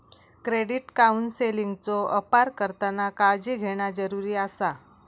credit काउन्सेलिंगचो अपार करताना काळजी घेणा जरुरी आसा